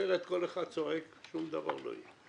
אחרת כל אחד צועק, שום דבר לא יהיה.